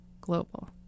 global